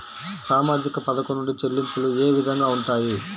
సామాజిక పథకం నుండి చెల్లింపులు ఏ విధంగా ఉంటాయి?